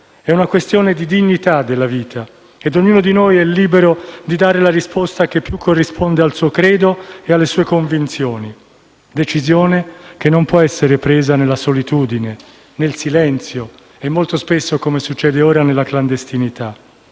È una questione di dignità della vita e ognuno di noi è libero di dare la risposta che più corrisponde al suo credo e alle sue convinzioni; decisione che non può essere presa nella solitudine, nel silenzio e molto spesso, come succede ora, nella clandestinità.